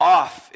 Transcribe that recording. off